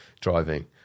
driving